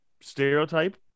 stereotype